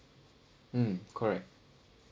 mm correct